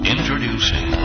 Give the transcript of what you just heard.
Introducing